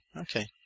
okay